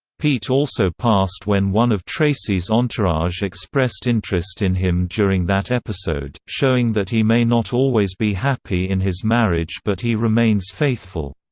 pete also passed when one of tracy's entourage expressed interest in him during that episode, showing that he may not always be happy in his marriage but he remains faithful.